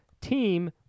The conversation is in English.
team